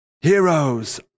Heroes